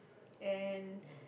and